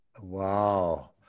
Wow